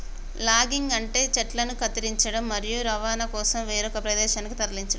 logging అంటే చెట్లను కత్తిరించడం, మరియు రవాణా కోసం వేరొక ప్రదేశానికి తరలించడం